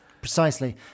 precisely